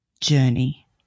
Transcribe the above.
journey